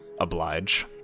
oblige